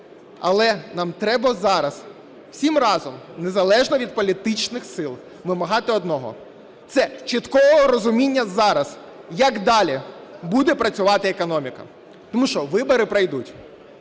Але нам треба зараз всім разом, незалежно від політичних сил, вимагати одного – це чіткого розуміння зараз, як далі буде працювати економіка. Тому що вибори пройдуть,